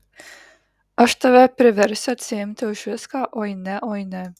aš tave priversiu atsiimti už viską oi ne oi ne